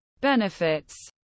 benefits